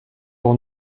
pour